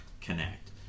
connect